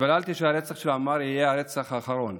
התפללתי שהרצח של עמאר יהיה הרצח האחרון,